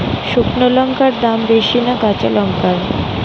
শুক্নো লঙ্কার দাম বেশি না কাঁচা লঙ্কার?